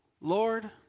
Lord